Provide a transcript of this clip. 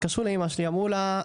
אמרו לה,